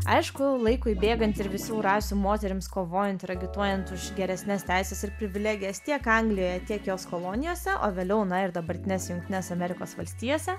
aišku laikui bėgant ir visų rasių moterims kovojant ir agituojant už geresnes teises ir privilegijas tiek anglijoje tiek jos kolonijose o vėliau na ir dabartines jungtines amerikos valstijose